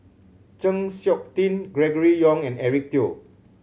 Chng Seok Tin Gregory Yong and Eric Teo